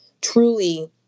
truly